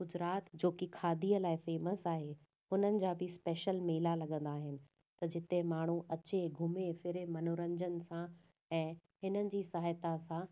गुजरात जो की खादीअ लाइ फेमस आहे उन्हनि जा बि स्पेशल मेला लॻंदा आहिनि त जिते माण्हू अचे घुमे फिरे मनोरंजन सां ऐं इन्हनि जी सहायता सां